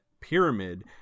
pyramid